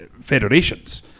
federations